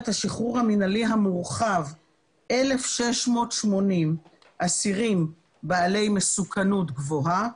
השחרור המינהלי המורחב 1,680 אסירים בעלי מסוכנות גבוהה,